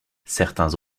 certains